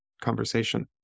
conversation